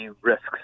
risks